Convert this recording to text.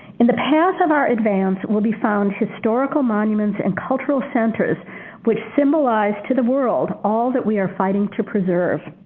in the paths of our advance will be found historical monuments and cultural centers which symbolize to the world all that we are fighting to preserve.